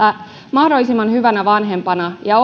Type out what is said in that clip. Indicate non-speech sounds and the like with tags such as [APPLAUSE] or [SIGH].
mahdollisimman hyvinä vanhempina ja [UNINTELLIGIBLE]